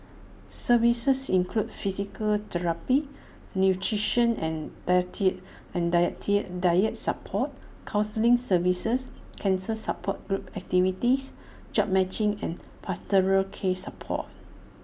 services include physical therapy nutrition and deity and dietitian support counselling services cancer support group activities jobs matching and pastoral care support